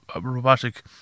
robotic